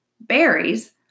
Berries